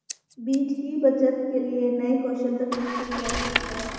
बीज की बचत के लिए नए कौशल तकनीकों की आवश्यकता है